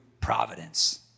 providence